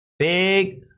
big